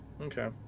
Okay